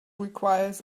requires